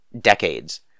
decades